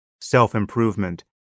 self-improvement